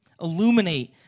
Illuminate